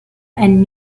and